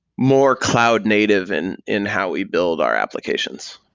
more cloud native and in how we build our applications.